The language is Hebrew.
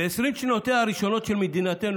ב-20 שנותיה הראשונות של מדינתנו,